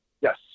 yes